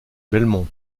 belmont